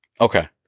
Okay